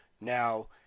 Now